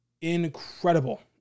incredible